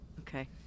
Okay